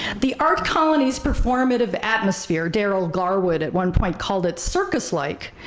the art colony's performative atmosphere, darryl garwood at one point called it circus-like,